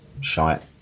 shite